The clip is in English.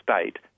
state